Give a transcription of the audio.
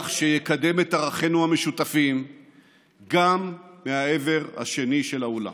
שיקדם את ערכינו המשותפים גם מהעבר השני של האולם.